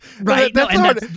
right